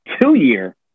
two-year